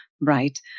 Right